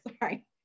sorry